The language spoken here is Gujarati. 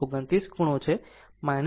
29 ખૂણો છે 36